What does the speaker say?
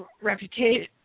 reputation